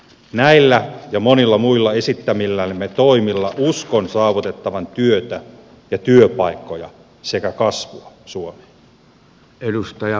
näillä ja monilla muilla esittämillämme toimilla uskon saavutettavan työtä ja työpaikkoja sekä kasvua suomeen